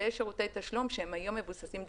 ויש שירותי תשלום שהם היום מבוססים דיגיטלית,